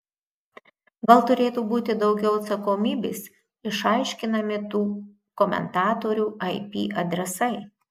gal turėtų būti daugiau atsakomybės išaiškinami tų komentatorių ip adresai